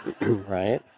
right